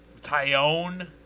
Tyone